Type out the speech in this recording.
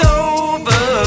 over